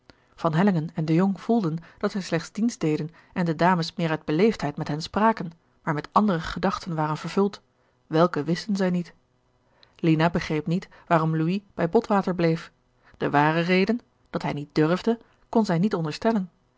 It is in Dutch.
van hellingen en de jong voelden dat zij slechts dienst deden en de dames meer uit beleefdheid met hen spraken maar met andere gedachten waren vervuld welke wisten zij niet lina begreep niet waarom louis bij botwater bleef de ware reden dat hij niet durfde kon zij niet onderstellen